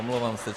Omlouvám se.